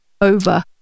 over